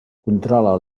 controla